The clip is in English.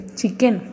chicken